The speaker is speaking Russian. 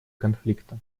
конфликта